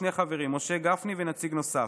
שני חברים: משה גפני ונציג נוסף,